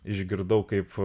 išgirdau kaip